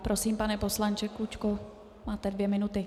Prosím, pane poslanče Klučko, máte dvě minuty.